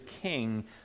king